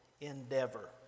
endeavor